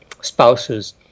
spouses